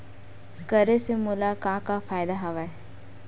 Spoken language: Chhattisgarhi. करे से मोला का का फ़ायदा हवय?